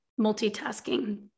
multitasking